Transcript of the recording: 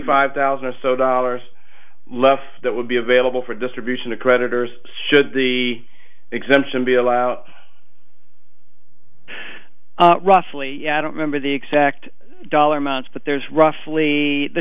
five thousand or so dollars left that would be available for distribution of creditors should the exemption be allowed roughly i don't remember the exact dollar amounts but there's roughly the